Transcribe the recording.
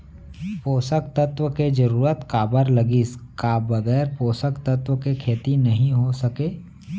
पोसक तत्व के जरूरत काबर लगिस, का बगैर पोसक तत्व के खेती नही हो सके?